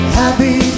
happy